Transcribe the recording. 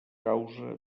causa